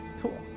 Cool